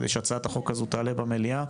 כדי שהצעת החוק הזו תעלה במליאה,